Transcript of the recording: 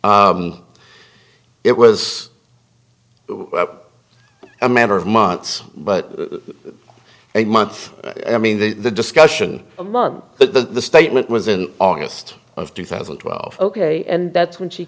it was a matter of months but a month i mean the the discussion among the statement was in august of two thousand and twelve ok and that's when she